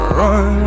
run